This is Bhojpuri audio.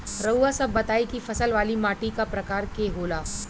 रउआ सब बताई कि फसल वाली माटी क प्रकार के होला?